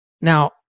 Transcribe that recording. Now